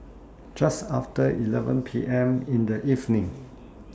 Just after eleven P M in The evening